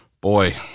boy